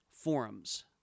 Forums